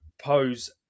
pose